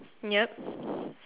yup